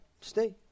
Stay